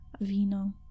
Vino